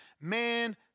Man